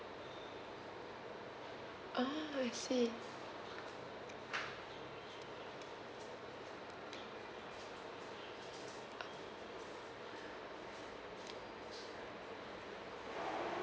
ah I see